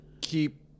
keep